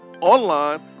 online